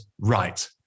right